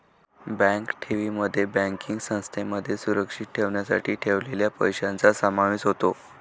bank ठेवींमध्ये banking संस्थांमध्ये सुरक्षित ठेवण्यासाठी ठेवलेल्या पैशांचा समावेश होतो